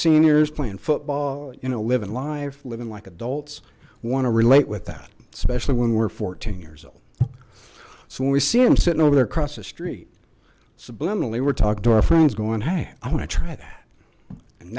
seniors playing football you know living live living like adults want to relate with that especially when we're fourteen years old so when we see him sitting over there across the street subliminally we're talking to our friends going hey i want to try that and